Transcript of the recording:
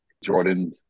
Jordan